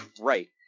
Right